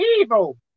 evil